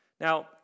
Now